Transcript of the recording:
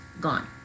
gone